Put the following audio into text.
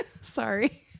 sorry